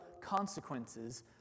consequences